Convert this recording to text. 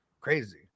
crazy